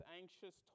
anxious